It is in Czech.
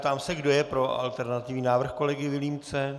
Ptám se, kdo je pro alternativní návrh kolegy Vilímce.